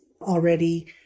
already